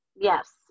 yes